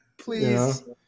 Please